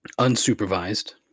unsupervised